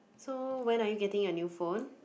so when are you getting your new phone